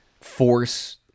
force